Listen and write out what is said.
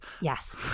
Yes